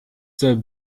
soll